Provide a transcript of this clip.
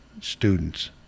students